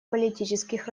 политических